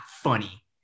funny